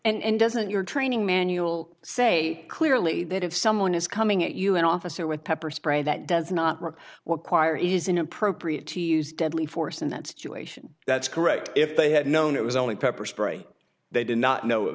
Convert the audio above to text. spray and doesn't your training manual say clearly that if someone is coming at you an officer with pepper spray that does not rip what choir is inappropriate to use deadly force in that situation that's correct if they had known it was only pepper spray they did not know it